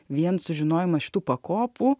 vien sužinojimas šitų pakopų